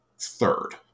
third